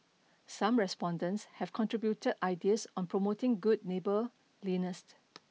some respondents have contributed ideas on promoting good neighborliness